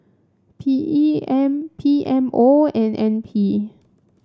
P E M P M O and N P